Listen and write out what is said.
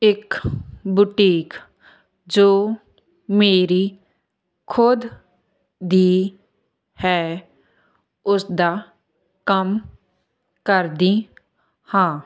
ਇਕ ਬੁਟੀਕ ਜੋ ਮੇਰੀ ਖੁਦ ਦੀ ਹੈ ਉਸਦਾ ਕੰਮ ਕਰਦੀ ਹਾਂ